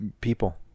people